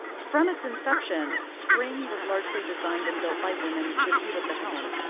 from its inception, spring was largely designed and built by women with you at the helm.